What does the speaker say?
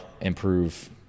improve